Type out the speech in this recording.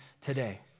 today